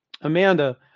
Amanda